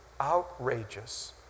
outrageous